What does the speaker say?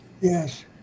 Yes